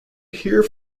here